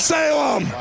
Salem